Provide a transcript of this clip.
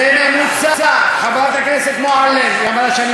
חבר הכנסת שמולי, עד כאן.